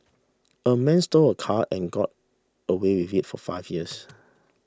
a man stole a car and got away with it for five years